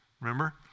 Remember